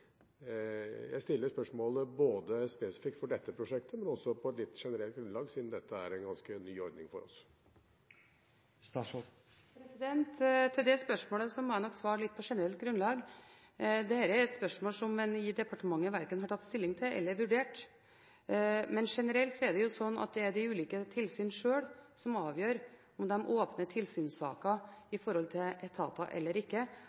Jeg stiller spørsmålet både spesifikt for dette prosjektet og på et generelt grunnlag siden dette er en ganske ny ordning for oss. Til det spørsmålet må jeg svare på et litt generelt grunnlag. Dette er et spørsmål som en i departementet verken har tatt stilling til eller vurdert. Men generelt er det slik at det er de ulike tilsyn sjøl som avgjør om de åpner tilsynssaker overfor etater eller ikke,